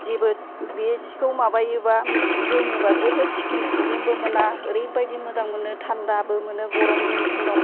जेबो बे सिखौ माबायोबा जोमोबा जेबो स्किन प्रब्लेमबो मोना ओरैबायदि मोजां मोनो थान्दाबो मोनो गरमनि दिनाव